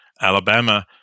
Alabama